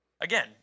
again